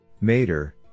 Mater